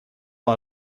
let